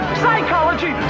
psychology